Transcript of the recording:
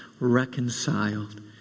reconciled